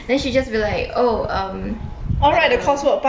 then she just be like oh um whatever